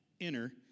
enter